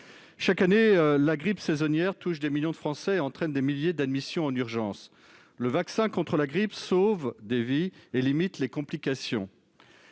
Chaque année, la grippe saisonnière touche des millions de Français et entraîne des milliers d'admissions aux urgences. Le vaccin contre la grippe sauve des vies et limite les complications.